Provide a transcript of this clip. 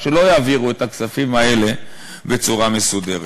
שלא יעבירו את הכספים האלה בצורה מסודרת.